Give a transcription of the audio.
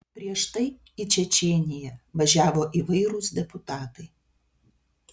prieš tai į čečėniją važiavo įvairūs deputatai